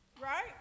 Right